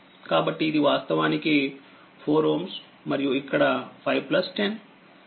కాబట్టిఇది వాస్తవానికి4Ωమరియు ఇక్కడ 510